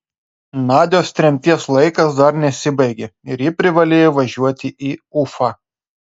nadios tremties laikas dar nesibaigė ir ji privalėjo važiuoti į ufą